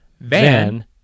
Van